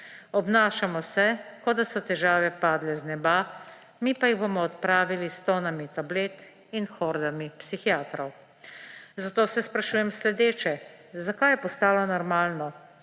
Obnašamo se, kot da so težave padle z neba, mi pa jih bomo odpravili s tonami tablet in hordami psihiatrov. Zato se sprašujem sledeče: Zakaj je postalo normalno,